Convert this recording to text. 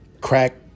crack